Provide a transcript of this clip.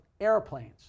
airplanes